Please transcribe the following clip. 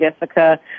Jessica